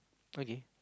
okay